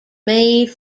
made